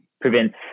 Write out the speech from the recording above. prevents